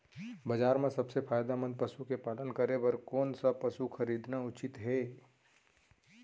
बजार म सबसे फायदामंद पसु के पालन करे बर कोन स पसु खरीदना उचित हे?